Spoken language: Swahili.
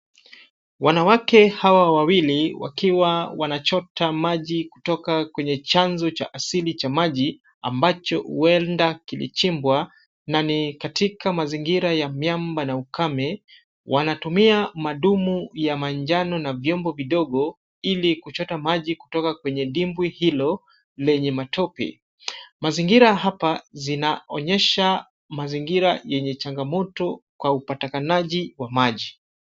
Wanawake hawa wawili wakiwa wanachota maji kutoka kwenye chanzo cha asili cha maji, ambacho huenda kilichimbwa, na ni katika mazingira ya miamba na ukame. Wanatumia madumu ya manjano na vyombo vidogo ili kuchota maji kutoka kwenye dimbwi hilo lenye matope. Mazingira hapa zinaonyesha mazingira yenye changamoto kwa upatikanaji wa maji.